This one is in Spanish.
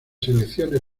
selecciones